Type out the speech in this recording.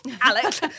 Alex